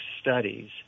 studies